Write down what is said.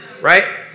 right